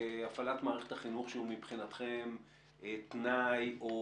להפעלת מערכת החינוך שהוא מבחינתכם תנאי או